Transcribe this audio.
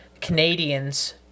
Canadians